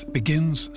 begins